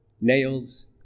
nails